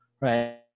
right